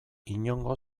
inongo